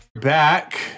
Back